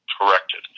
corrected